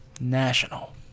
National